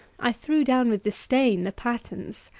i threw down with disdain the patterns.